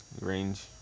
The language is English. range